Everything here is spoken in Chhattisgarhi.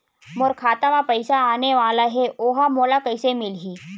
मोर खाता म पईसा आने वाला हे ओहा मोला कइसे मिलही?